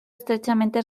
estrechamente